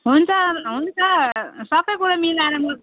हुन्छ हुन्छ सबै कुरा मिलाएर म